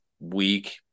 Week